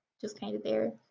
just kind of there.